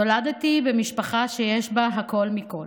נולדתי במשפחה שיש בה הכול מכול.